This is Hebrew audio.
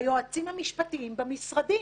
ביועצים המשפטיים במשרדים,